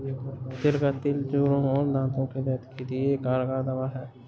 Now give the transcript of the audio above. तिल का तेल जोड़ों और दांतो के दर्द के लिए एक कारगर दवा है